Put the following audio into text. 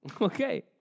Okay